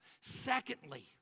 Secondly